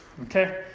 okay